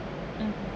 mmhmm